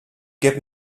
give